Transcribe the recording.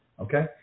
okay